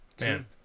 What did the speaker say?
Man